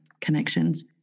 connections